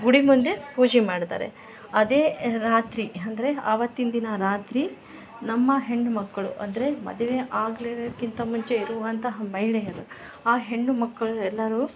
ಗುಡಿ ಮುಂದೆ ಪೂಜೆ ಮಾಡ್ತಾರೆ ಅದೇ ರಾತ್ರಿ ಅಂದರೆ ಅವತ್ತಿನ ದಿನ ರಾತ್ರಿ ನಮ್ಮ ಹೆಣ್ಣು ಮಕ್ಕಳು ಅಂದರೆ ಮದುವೆ ಆಗಲೇ ಇರೋಕಿಂತ ಮುಂಚೆ ಇರುವಂತಹ ಮಹಿಳೆಯರು ಆ ಹೆಣ್ಣು ಮಕ್ಕಳು ಎಲ್ಲಾರು